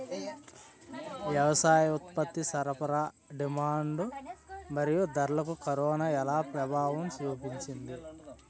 వ్యవసాయ ఉత్పత్తి సరఫరా డిమాండ్ మరియు ధరలకు కరోనా ఎలా ప్రభావం చూపింది